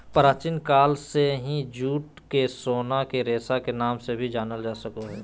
प्राचीन काल से ही जूट के सोना के रेशा नाम से भी जानल जा रहल हय